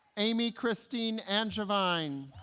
amy christine angevine